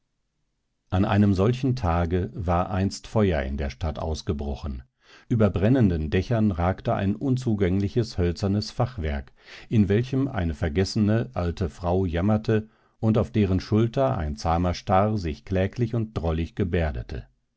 an einem solchen tage war einst feuer in der stadt ausgebrochen über brennenden dächern ragte ein unzugängliches hölzernes fachwerk in welchem eine vergessene alte frau jammerte und auf deren schulter ein zahmer star sich kläglich und drollig gebärdete